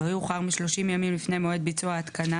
לא יאוחר מ־30 ימים לפני מועד ביצוע ההתקנה,